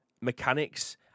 mechanics